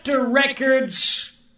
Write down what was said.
Records